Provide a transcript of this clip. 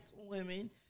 women